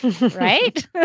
right